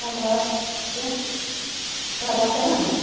ঘৰত এতিয়া ঘৰতে আছেনে আপুনি